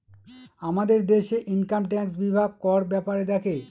আমাদের দেশে income tax বিভাগ কর ব্যাপারে দেখে